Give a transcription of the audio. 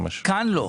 כאן לא.